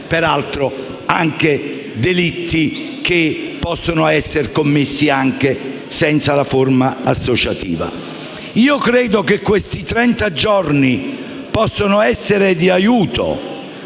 lasciati fuori delitti che possono essere commessi anche senza la forma associativa. Credo che questi trenta giorni possano essere di aiuto